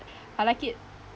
I like it